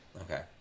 Okay